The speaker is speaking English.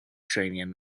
ukrainian